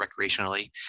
recreationally